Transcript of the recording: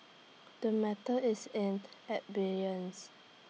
the matter is in abeyance